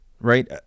right